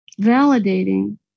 validating